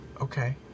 okay